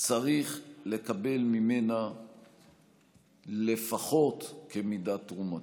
צריך לקבל ממנה לפחות כמידת תרומתו.